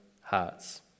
hearts